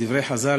כדברי חז"ל,